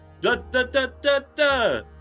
Da-da-da-da-da